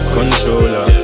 Controller